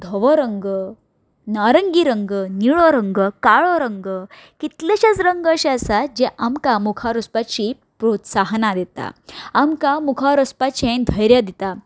धवो रंग नारंगी रंग निळो रंग काळो रंग कितलेशेच रंग अशे आसात जे आमकां मुखार वचपाची प्रोत्साहनां दिता आमकां मुखार वचपाचें धैर्य दिता